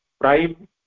prime